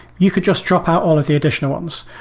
you could just drop out all of the additional ones,